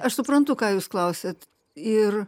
aš suprantu ką jūs klausiat ir